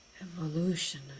evolution